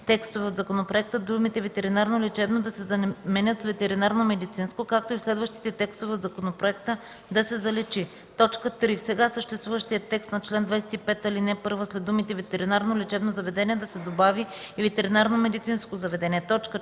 текстове от законопроекта думите „ветеринарно лечебно” да се заменят с „ветеринарномедицинско”, както и в следващите текстове от законопроекта – да се заличи. 3. В сега съществуващия текст на чл. 25, ал. 1 след думите „ветеринарно лечебно заведение” да се добави „и ветеринарномедицинско заведение”.